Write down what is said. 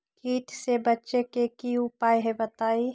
कीट से बचे के की उपाय हैं बताई?